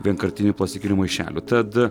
vienkartinių plastikinių maišelių tad